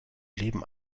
leben